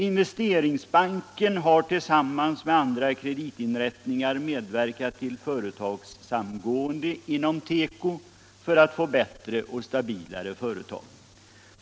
Investeringsbanken har tillsammans med andra kreditinrättningar medverkat till företagssamgående inom teko för att få bättre och stabilare företag.